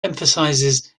emphasizes